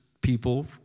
people